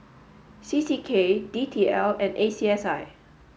C C K D T L and A C S I